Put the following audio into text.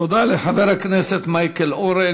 תודה לחבר הכנסת מייקל אורן.